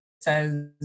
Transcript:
says